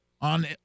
on